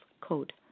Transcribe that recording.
code